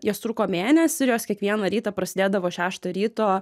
jos truko mėnesį ir jos kiekvieną rytą prasidėdavo šeštą ryto